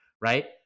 right